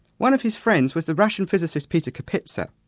one of his friends was the russian physicist peter kapitza.